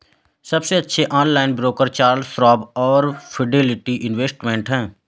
सबसे अच्छे online broker Charles Schwab और फिडेलिटी इन्वेस्टमेंट हैं